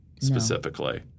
specifically